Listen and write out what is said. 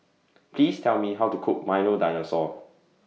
Please Tell Me How to Cook Milo Dinosaur